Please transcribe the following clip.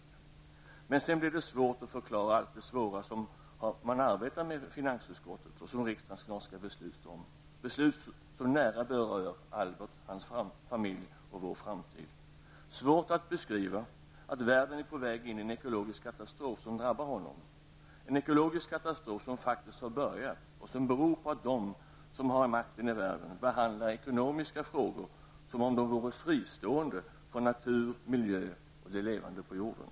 Men sedan blir det svårt att förklara allt det svåra som man arbetar med i finansutskottet och som riksdagen snart skall besluta om, beslut som nära berör Albert och hans familjs och vår framtid. Det är svårt att beskriva att världen är på väg in i en ekologisk katastrof som drabbar honom, en ekologisk katastrof som faktiskt har börjat och som beror på att de som har makten i världen behandlar ekonomiska frågor som om de vore fristående från natur, miljö och det levande på jorden.